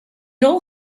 all